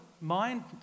mind